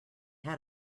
had